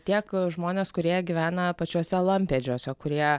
tiek žmonės kurie gyvena pačiuose lampėdžiuose kurie